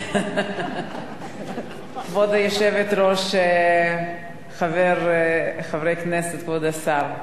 כבוד היושבת-ראש, חברי כנסת, כבוד השר,